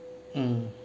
mm